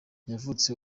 kavutse